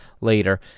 later